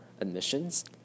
admissions